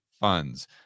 funds